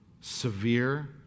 Severe